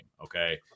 Okay